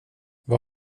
vad